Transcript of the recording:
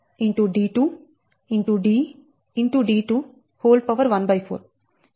d214 చివరికి అది D